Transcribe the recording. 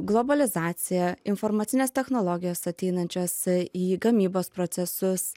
globalizacija informacinės technologijos ateinančios į gamybos procesus